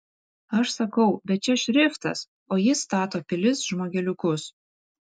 aš sakau bet čia šriftas o jis stato pilis žmogeliukus